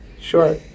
Sure